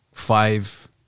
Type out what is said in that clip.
five